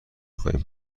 خواهیم